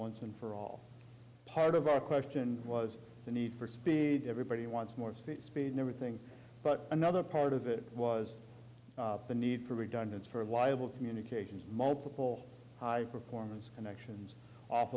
once and for all part of our question was the need for speed everybody wants more speed speed never thing but another part of it was the need for redundancy for a while communications multiple high performance connections off